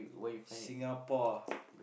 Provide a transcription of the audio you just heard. Singapore